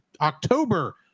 October